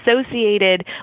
associated